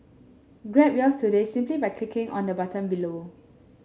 grab yours today simply by clicking on the button below